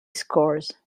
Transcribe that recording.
scores